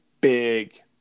big